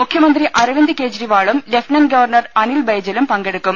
മുഖ്യ മന്ത്രി അരവിന്ദ് കെജ്രിവാളും ലെഫ്റ്റനന്റ് ഗവർണർ അനിൽബൈ ജലും പങ്കെടുക്കും